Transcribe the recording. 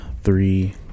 three